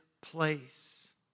place